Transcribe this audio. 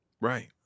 Right